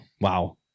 Wow